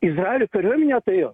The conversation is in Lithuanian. izraelio kariuomenė atėjo